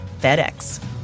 FedEx